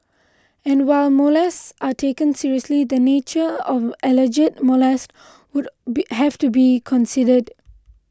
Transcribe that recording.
and while molests are taken seriously the nature of alleged molest would be have to be considered